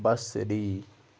بصری